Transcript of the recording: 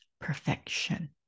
perfection